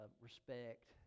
respect